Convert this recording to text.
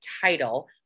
title